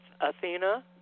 Athena